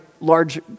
large